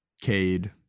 Cade